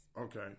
Okay